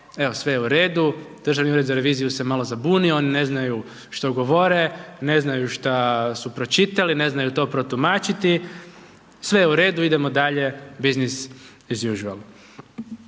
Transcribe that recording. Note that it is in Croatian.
sve je u redu, Državni ured za reviziju se malo zabunio, ne znaju što govore, ne znaju šta su pročitali, ne znaju to protumačiti. Sve je u redu, idemo dalje business as usual.